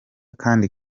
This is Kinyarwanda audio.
kandi